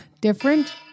different